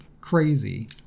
crazy